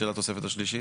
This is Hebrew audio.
של התוספת השלישית,